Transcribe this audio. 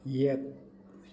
ꯌꯦꯠ